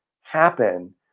happen